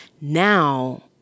now